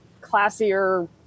classier